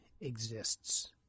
exists